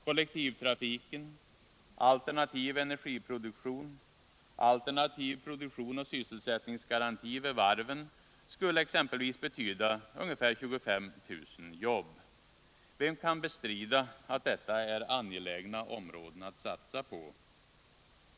Kollektivtrafiken, alternativ energiproduktion, alternativ produktion och sysselsättningsgaranti vid varven skulle betyda ca 25 000 jobb. Vem kan bestrida att detta är angelägna områden att satsa på?